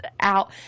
out